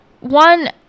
one